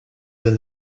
than